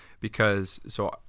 because—so